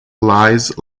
lies